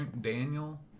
Daniel